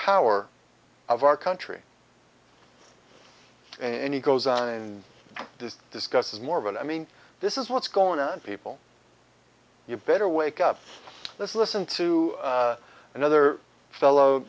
power of our country and he goes on and does discuss more but i mean this is what's going on people you better wake up let's listen to another fellow